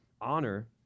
Honor